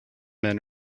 men